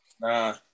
Nah